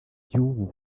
by’ubu